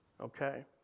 okay